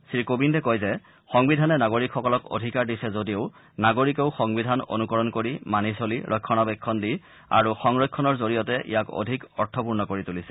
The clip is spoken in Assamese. শ্ৰীকোবিন্দে কয় যে সংবিধানে নাগৰিকসকলক অধিকাৰ দিছে যদিও নাগৰিকেও সংবিধান অনুকৰণ কৰি মানি চলি ৰক্ষণাবেক্ষণ দি আৰু সংৰক্ষণৰ জৰিয়তে ইয়াক অধিক অৰ্থপূৰ্ণ কৰি তুলিছে